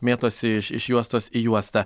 mėtosi iš iš juostos į juostą